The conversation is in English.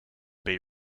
bay